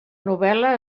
novel·la